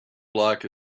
block